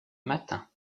matin